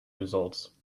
results